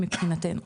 מתחינתנו,